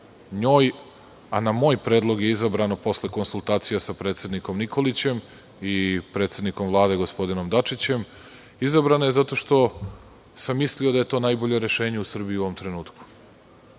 njoj, a na moj predlog je izabrana posle konsultacija sa predsednikom Nikolićem i predsednikom Vlade, gospodinom Dačićem, izabrana je zato što sam mislio da je to najbolje rešenje u Srbiji u ovom trenutku. Mislim